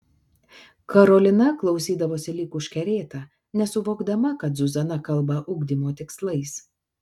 karolina klausydavosi lyg užkerėta nesuvokdama kad zuzana kalba ugdymo tikslais